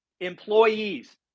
employees